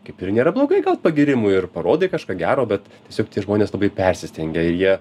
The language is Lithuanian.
kaip ir nėra blogai gaut pagyrimų ir parodai kažką gero bet tiesiog tie žmonės labai persistengia ir jie